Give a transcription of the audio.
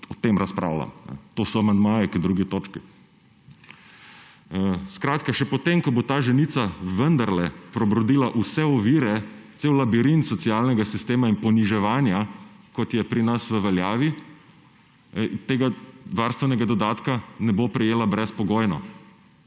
o tem razpravljam, to so amandmaji k 2. točki. Še po tem, ko bo ta ženica vendarle prebrodila vse ovire, cel labirint socialnega sistema in poniževanja, kot je pri nas v veljavi, tega varstvenega dodatka ne bo prejela brezpogojno,